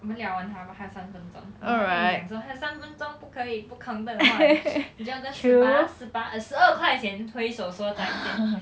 我们聊完他吧还有三分钟等一下他跟你讲说还有三分钟不可以不 counted 的话你就要跟十八十八十二块钱挥手说再见